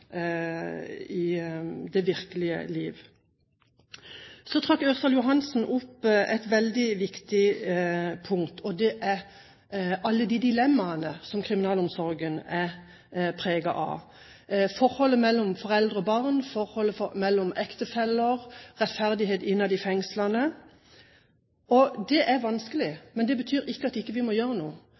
i det virkelige liv. Så trakk Ørsal Johansen opp et veldig viktig punkt, og det er alle de dilemmaene som kriminalomsorgen er preget av – forholdet mellom foreldre og barn, forholdet mellom ektefeller, og rettferdighet innad i fengslene. Det er vanskelig, men det betyr ikke at vi ikke må gjøre noe.